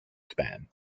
span